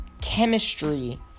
chemistry